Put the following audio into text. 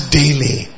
daily